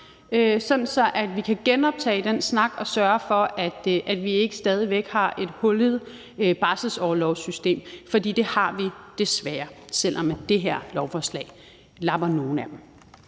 at vi kan genoptage den snak og sørge for, at vi ikke stadig væk har et hullet barselsorlovssystem, for det har vi desværre, selv om det her lovforslag lapper nogle af dem.